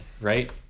right